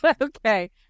Okay